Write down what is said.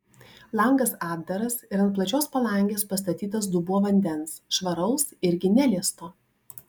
langas atdaras ir ant plačios palangės pastatytas dubuo vandens švaraus irgi neliesto